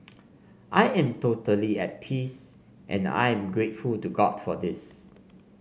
I am totally at peace and I'm grateful to God for this